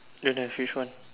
don't have which one